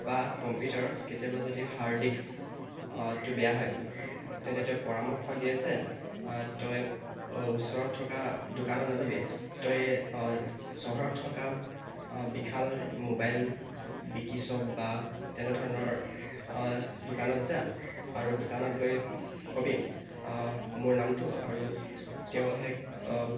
বা কম্পিউটাৰত কেতিয়াবা যদি হাৰ্ড ডিস্ক টো বেয়া হয় তেন্তে তেওঁ পৰামৰ্শ দিয়ে যেন তই ওচৰত থকা দোকানত নাযাবি তই চহৰত থকা বিশাল মোবাইল বিকি শ্বপ বা তেনেধৰণৰ দোকানত যা আৰু দোকানত গৈ কবি মোৰ নামটো আৰু তেওঁৰ সেই